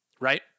right